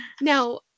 Now